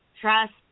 trust